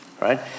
right